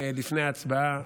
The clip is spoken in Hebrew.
לפני ההצבעה,